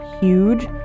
huge